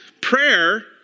Prayer